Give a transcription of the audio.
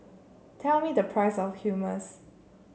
tell me the price of Hummus